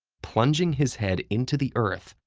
plunging his head into the earth,